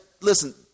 listen